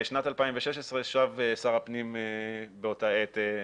בשנת 2016 שב שר הפנים באותה עת,